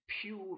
pure